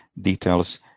details